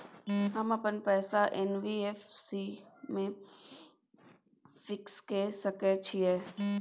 हम अपन पैसा एन.बी.एफ.सी म फिक्स के सके छियै की?